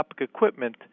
equipment